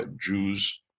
Jews